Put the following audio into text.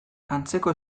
antzeko